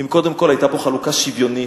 אם קודם כול היתה פה חלוקה שוויונית.